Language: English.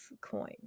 coin